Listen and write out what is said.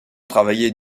travaillaient